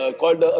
called